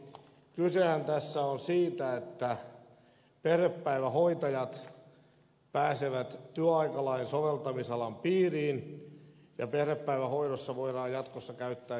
kysehän tässä on siitä että perhepäivähoitajat pääsevät työaikalain soveltamisalan piiriin ja perhepäivähoidossa voidaan jatkossa käyttää jaksotyöaikaa